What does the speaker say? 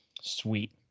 Sweet